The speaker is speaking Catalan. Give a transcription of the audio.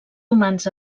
humans